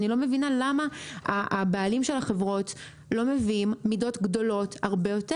אני לא מבינה למה הבעלים של החברות לא מביאים מידות גדולות הרבה יותר.